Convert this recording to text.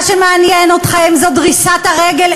מה שמעניין אתכם זו דריסת הרגל,